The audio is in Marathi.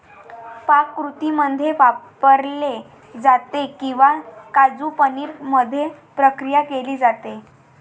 पाककृतींमध्ये वापरले जाते किंवा काजू पनीर मध्ये प्रक्रिया केली जाते